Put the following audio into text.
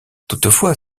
toutefois